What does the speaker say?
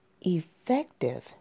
effective